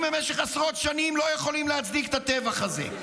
במשך עשרות שנים לא יכולים להצדיק את הטבח הזה.